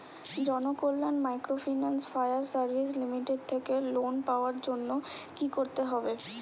Janakalyan microfinance fire service limited থেকে loan পাওয়ার জন্য কি করতে হবে?